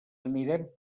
anirem